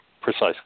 Precisely